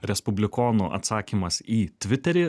respublikonų atsakymas į tviterį